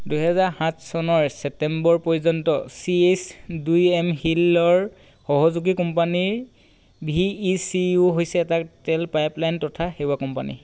দুহেজাৰ সাত চনৰ ছেপ্টেম্বৰ পৰ্যন্ত চি এইচ দুই এম হিল ৰ সহযোগী কোম্পানীৰ ভি ই চি ও হৈছে এটা তেল পাইপলাইন তথা সেৱা কোম্পানী